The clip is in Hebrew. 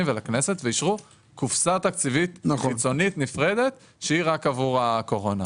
ואישרו קופסה תקציבית חיצונית נפרדת שהיא רק עבור הקורונה.